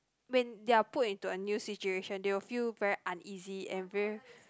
when they are put into a new situation they will feel very uneasy and very